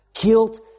Guilt